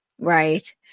Right